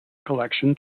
collection